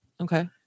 Okay